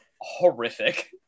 horrific